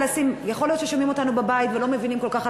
יכול להיות ששומעים אותנו בבית ולא מבינים כל כך על